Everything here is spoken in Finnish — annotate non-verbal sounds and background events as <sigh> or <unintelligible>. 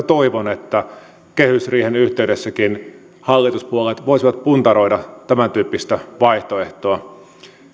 <unintelligible> toivon että kehysriihenkin yhteydessä hallituspuolueet voisivat puntaroida tämäntyyppistä vaihtoehtoa